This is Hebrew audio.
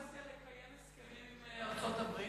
אולי אובססיה לקיים הסכמים עם ארצות-הברית?